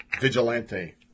vigilante